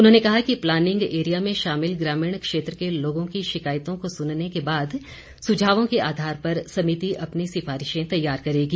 उन्होंने कहा कि प्लानिंग एरिया में शामिल ग्रामीण क्षेत्र के लोगों की शिकायतों को सुनने के बाद सुझावों के आधार पर समिति अपनी सिफारिशें तैयार करेगी